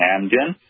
Amgen